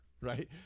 right